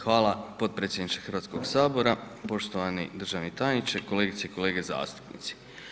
Hvala podpredsjedniče Hrvatskog sabora, poštovani državni tajniče, kolegice i kolege zastupnici.